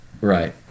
Right